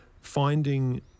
finding